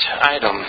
item